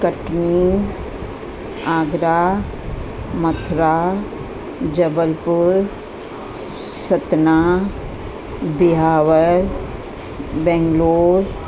Katni Agra Mathura Jabalpur Satna Beawar Bangalore